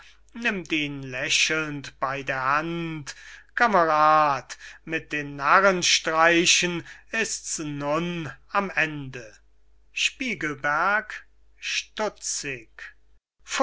nimmt ihn lächelnd bei der hand kamerad mit den narrenstreichen ist's nun am ende spiegelberg stutzig